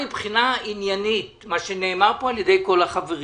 מבחינה עניינית, מה שנאמר פה על ידי כל החברים